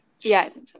Yes